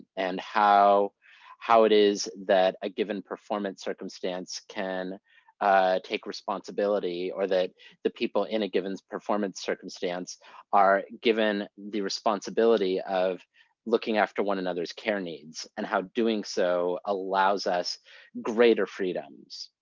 and how how it is that a given performance circumstance can take responsibility, or that the people in a given performance circumstance are given the responsibility of looking after one another's care needs. and how doing so allows us greater freedoms,